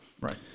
Right